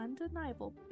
undeniable